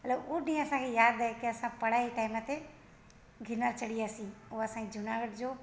हल उहो ॾींहुं असांखे यादि आहे कि असां पढ़ाईअ जे टाइम ते गिरनार चढ़ी वियासीं उहो असांजी जूनागढ़ जो